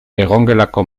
egongelako